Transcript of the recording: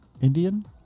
Indian